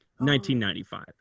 1995